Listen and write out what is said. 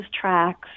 tracks